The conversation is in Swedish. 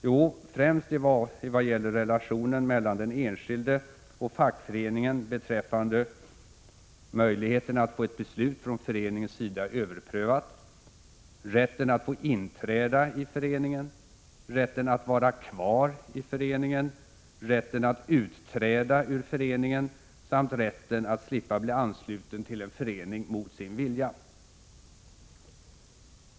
Jo, främst i vad gäller relationen mellan den enskilde och fackföreningen beträffande e möjligheten att få ett beslut från föreningens sida överprövat, e rätten att få inträda i föreningen, e rätten att slippa bli ansluten till en förening mot sin vilja.